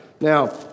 Now